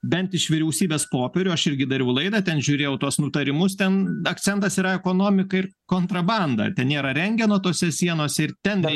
bent iš vyriausybės popierių aš irgi dariau laidą ten žiūrėjau tuos nutarimus ten akcentas yra ekonomika ir kontrabanda ten nėra rentgeno tose sienose ir ten